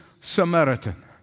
Samaritan